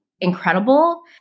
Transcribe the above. incredible